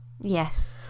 Yes